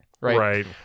right